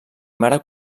mare